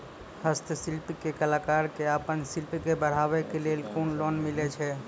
हस्तशिल्प के कलाकार कऽ आपन शिल्प के बढ़ावे के लेल कुन लोन मिलै छै?